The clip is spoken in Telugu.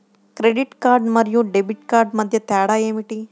క్రెడిట్ కార్డ్ మరియు డెబిట్ కార్డ్ మధ్య తేడా ఏమిటి?